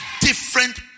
different